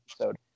episode